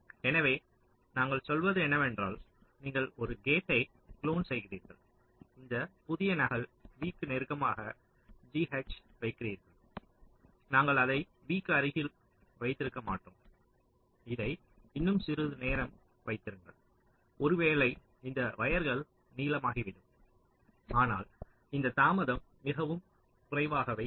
எனவே நாங்கள் சொல்வது என்னவென்றால் நீங்கள் ஒரு கேட்டை குளோன் செய்கிறீர்கள் இந்த புதிய நகல் v' க்கு நெருக்கமாக g h வைக்கிறீர்கள் நாங்கள் அதை v க்கு அருகில் வைத்திருக்க மாட்டோம் இதை இன்னும் சிறிது நேரம் வைத்திருங்கள் ஒருவேளை இந்த வயர்கள் நீளமாகிவிடும் ஆனால் இந்த தாமதம் மிகவும் குறைவாகவே இருக்கும்